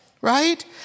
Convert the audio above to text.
right